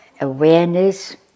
awareness